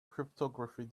cryptography